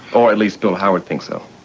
or at least bill howard thinks so.